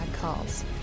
calls